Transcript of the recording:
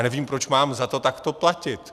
Nevím, proč mám za to takto platit.